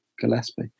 Gillespie